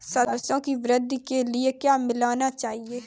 सरसों की वृद्धि के लिए क्या मिलाना चाहिए?